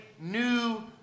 new